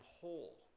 whole